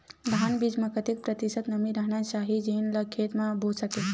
धान बीज म कतेक प्रतिशत नमी रहना चाही जेन ला खेत म बो सके?